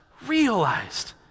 Realized